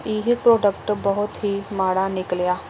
ਇਹ ਪ੍ਰੋਡਕਟ ਬਹੁਤ ਹੀ ਮਾੜਾ ਨਿਕਲਿਆ